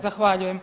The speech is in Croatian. Zahvaljujem.